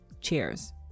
cheers